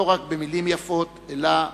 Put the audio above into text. לא רק במלים יפות אלא במעשים,